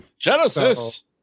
genesis